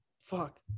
fuck